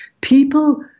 people